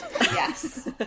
Yes